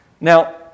now